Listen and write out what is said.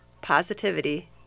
positivity